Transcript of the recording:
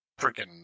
freaking